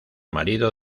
marido